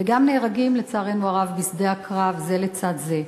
וגם נהרגים, לצערנו הרב, בשדה הקרב זה לצד זה.